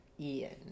Ian